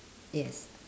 yes